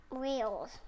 wheels